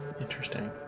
Interesting